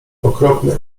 okropny